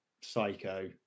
psycho